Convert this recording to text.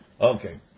Okay